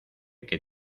que